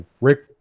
Rick